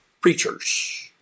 preachers